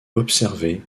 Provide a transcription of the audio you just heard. observé